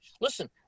listen